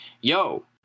yo